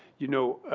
you know,